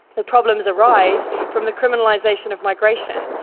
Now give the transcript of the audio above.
the problems arise from the criminalization of migration,